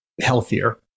healthier